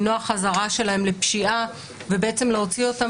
למנוע חזרה שלהם לפשיעה ובעצם להוציא אותם